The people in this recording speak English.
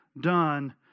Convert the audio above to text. done